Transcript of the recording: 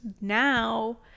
Now